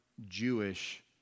Jewish